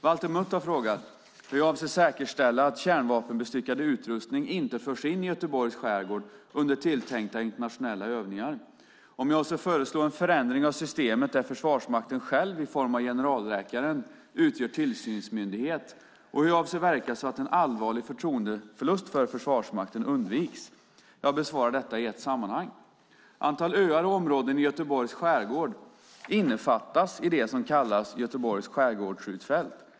Valter Mutt har frågat mig 1. hur jag avser att säkerställa att kärnvapenbestyckad utrustning inte förs in i Göteborgs skärgård under tilltänkta internationella övningar, 2. om jag avser att föreslå en förändring av systemet där Försvarsmakten själv - i form av generalläkaren - utgör tillsynsmyndighet samt 3. hur jag avser att verka så att en allvarlig förtroendeförlust för Försvarsmakten undviks. Jag besvarar interpellationerna i ett sammanhang. Ett antal öar och områden i Göteborgs skärgård innefattas i det som kallas Göteborgs skärgårdsskjutfält.